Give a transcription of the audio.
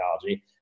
technology